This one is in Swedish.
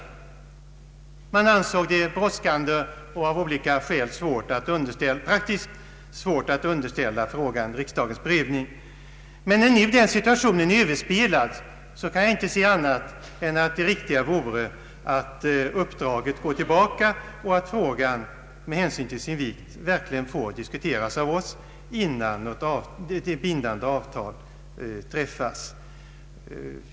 Frågan ansågs vara brådskande. Av olika skäl var det praktiskt sett svårt att underställa frågan riksdagens prövning. Men när nu den situationen är överspelad, så kan jag inte se annat än att det riktiga vore att uppdraget gick tillbaka och att frågan med hänsyn till sin vikt verkligen fick diskuteras av oss, innan bindande avtal träffas.